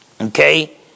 Okay